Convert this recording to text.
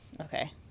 Okay